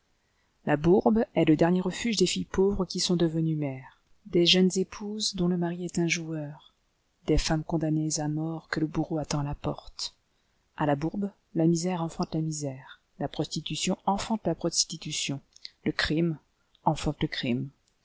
la bourbe est le dernier refuge des filles pauvres qui sont devenues mères des jeunes épouses dont le mari est un joueur des femmes condamnées à mort que le bourreau attend à la porte à la bourbe la misère enfante la misère la prostitution enfante la prostitution le crime enfante le crime